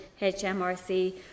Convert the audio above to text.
HMRC